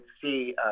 see